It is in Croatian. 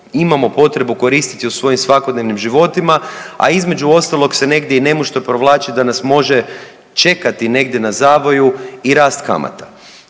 imamo potrebu koristiti u svojim svakodnevnim životima, a između ostalog se negdje i nemušto provlači da nas može čekati negdje na zavoju i rast kamata.